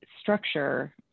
structure